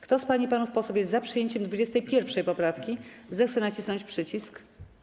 Kto z pań i panów posłów jest za przyjęciem 21. poprawki, zechce nacisnąć przycisk.